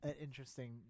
interesting